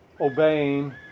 obeying